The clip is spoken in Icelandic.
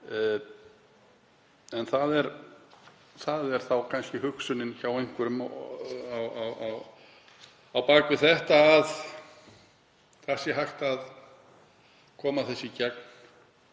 En það er kannski hugsunin hjá einhverjum á bak við þetta, að þessu sé hægt að koma í gegn